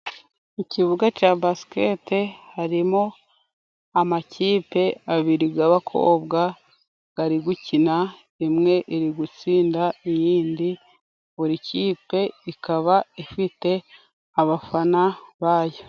Mu kibuga cya basikete, harimo amakipe abiri y'abakobwa ari gukina, imwe iri gutsinda iyindi, buri kipe ikaba ifite abafana bayo.